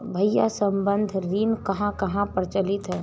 भैया संबंद्ध ऋण कहां कहां प्रचलित है?